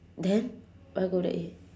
then why go there eat